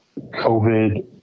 COVID